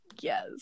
yes